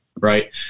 right